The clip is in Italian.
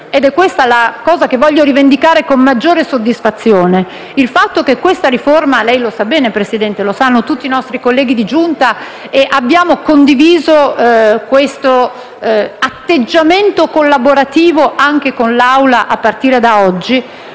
ed è questa la cosa che voglio rivendicare con maggiore soddisfazione. Come lei sa bene, signor Presidente, e come sanno tutti i nostri colleghi della Giunta - e abbiamo condiviso questo atteggiamento collaborativo anche con l'Assemblea a partire da oggi